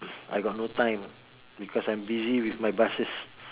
I got no time because I'm busy with my buses